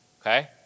okay